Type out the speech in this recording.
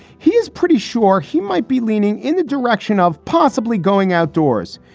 he is pretty sure he might be leaning in the direction of possibly going outdoors,